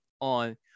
on